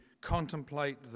contemplate